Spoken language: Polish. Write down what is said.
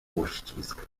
uścisk